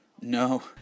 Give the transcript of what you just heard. No